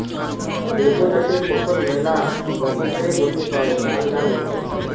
জৈব চাসের ফসল মেলা রকমেরই হ্যতে পারে, চাল, ডাল ইত্যাদি